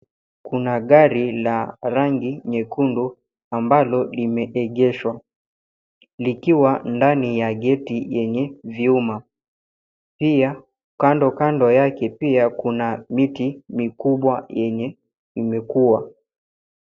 Kuna gari la rangi nyekundu, ambalo limeegeshwa, likiwa ndani ya geti yenye vyuma. Pia kando kando yake pia kuna miti mikubwa yenye imekua.